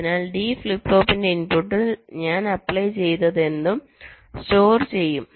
അതിനാൽ D flip ഫ്ലോപ്പിന്റെ ഇൻപുട്ടിൽ ഞാൻ അപ്ലൈ ചെയ്തതെന്തും സ്റ്റോർ ചെയ്യും